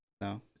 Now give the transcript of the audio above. No